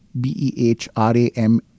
B-E-H-R-A-M